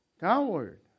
downward